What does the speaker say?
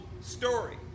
story